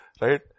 right